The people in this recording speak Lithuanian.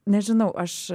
nežinau aš